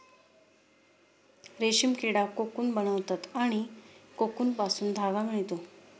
रेशीम किडा कोकून बनवतात आणि कोकूनपासून धागा मिळतो